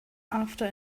after